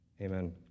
Amen